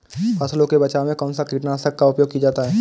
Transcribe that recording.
फसलों के बचाव में कौनसा कीटनाशक का उपयोग किया जाता है?